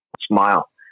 smile